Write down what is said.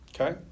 Okay